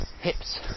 hips